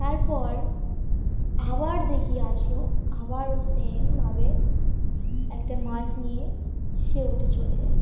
তারপর আবার দেখি আসলো আবারও সেমভাবে একটা মাছ নিয়ে সে উঠে চলে যায়